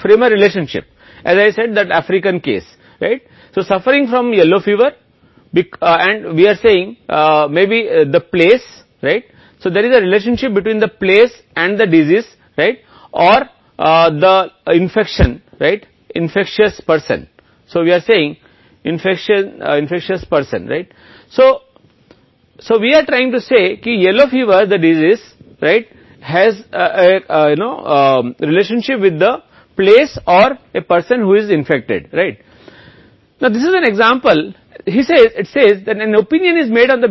और हम कह रहे हैं कि शायद जगह सही है इसलिए जगह और ए के बीच एक रिश्ता है रोग सही या संक्रमण सही संक्रामक व्यक्ति तो हम संक्रमण संक्रामक व्यक्ति कह रहे हैं ठीक है इसलिए हम ठीक पीले बुखार को बीमारी कहने की कोशिश कर रहे हैं वह स्थान या कोई व्यक्ति जो अभी संक्रमित है यह एक उदाहरण है